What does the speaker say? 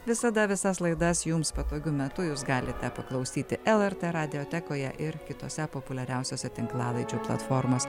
visada visas laidas jums patogiu metu jūs galite paklausyti lrt radiotekoje ir kitose populiariausiose tinklalaidžių platformos